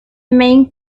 main